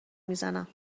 میزنم